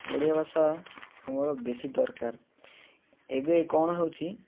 ଓଡ଼ିଆ ଭାଷା ଆମର ବେଶୀ ଦରକାର ଏବେ କ'ଣ ହେଉଛି